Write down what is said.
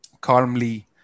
calmly